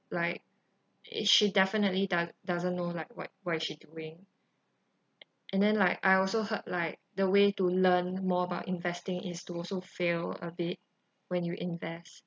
like i~ she definitely do~ doesn't know like what what is she doing and then like I also heard like the way to learn more about investing is to also fail a bit when you invest